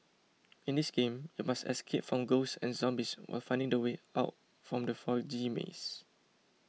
in this game you must escape from ghosts and zombies while finding the way out from the foggy maze